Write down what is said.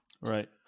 Right